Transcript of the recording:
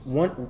one